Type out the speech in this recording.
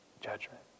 judgment